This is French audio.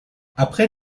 après